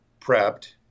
prepped